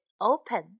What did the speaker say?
Open